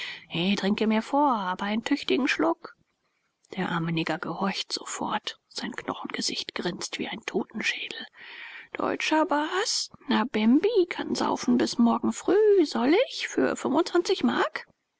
he trinke mir vor aber einen tüchtigen schluck der arme neger gehorcht sofort sein knochengesicht grinst wie ein totenschädel deutscher baas nabembi kann saufen bis morgen früh soll ich für zwanzig mark